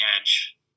edge